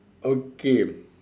okay